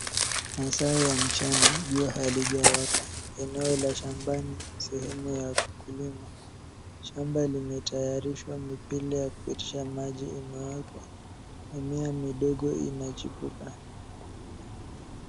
Masaa ya mchana, jua halijawaka, eneo la shambani, sehemu ya kulima shamba limetayarishwa mithili ya kupitisha maji inawekwa. Mimea midogo inachipuka.